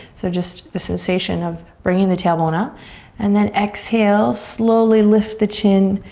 so just the sensation of bringing the tailbone up and then exhale, slowly lift the chin,